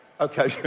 Okay